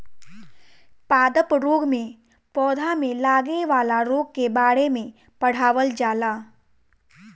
पादप रोग में पौधा में लागे वाला रोग के बारे में पढ़ावल जाला